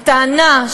הטענה,